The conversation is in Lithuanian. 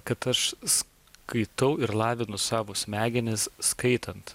kad aš skaitau ir lavinu savo smegenis skaitant